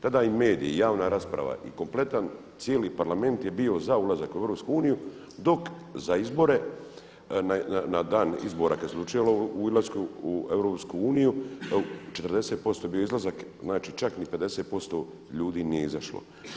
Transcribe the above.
Tada i mediji i javna rasprava i kompletan cijeli Parlament je bio za ulazak u EU dok za izbore na dan izbora kad se odlučivalo o ulasku u EU 40% je bio izlazak, znači čak ni 50% ljudi nije izašlo.